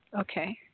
Okay